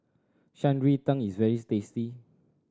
Shan Rui Tang is very tasty